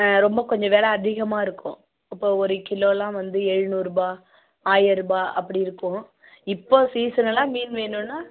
ரொம்ப கொஞ்சம் வெலை அதிகமாக இருக்கும் இப்போ ஒரு கிலோலாம் வந்து எழுநூறுபா ஆயிர்ருபா அப்படி இருக்கும் இப்போ சீசனெல்லாம் மீன் வேணும்ன்னா